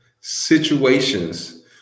situations